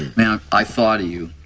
man, i thought of you.